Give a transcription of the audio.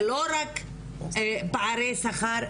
לצערי הרב,